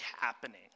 happening